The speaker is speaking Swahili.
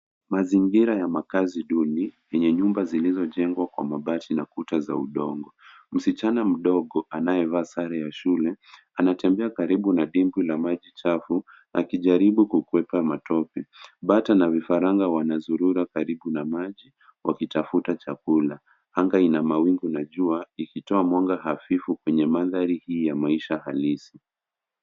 Mazingira ya makazi duni yenye nyumba zilizojengwa kwa mabati na kuta za udongo. Msichana mdogo anayevaa sare ya shule anatembea karibu na dimbwi la maji chafu akijaribu kukwepa matope. Bata na vifaranga wanazurura karibu na maji wakitafuta chakula. Anga ina mawingu na jua ikitoa mwanga hafifu kwenye mandhari hii ya maisha halisi.